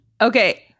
okay